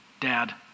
dad